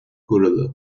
gorilla